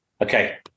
Okay